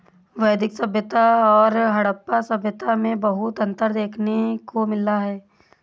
वैदिक सभ्यता और हड़प्पा सभ्यता में बहुत अन्तर देखने को मिला है